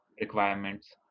requirements